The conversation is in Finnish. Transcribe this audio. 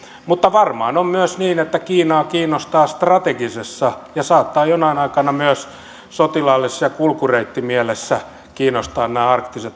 mutta varmaan on myös niin että kiinaa kiinnostaa strategisessa mielessä ja saattaa jonain aikana myös sotilaallisessa ja kulkureittimielessä kiinnostaa nämä arktiset